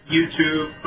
YouTube